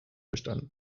bestanden